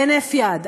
בהינף יד,